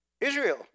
Israel